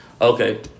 Okay